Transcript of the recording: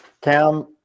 cam